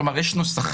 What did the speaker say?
כלומר, יש נוסחים.